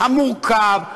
המורכב,